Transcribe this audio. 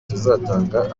tuzatanga